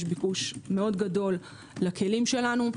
יש ביקוש מאוד גדול לכלים שלנו.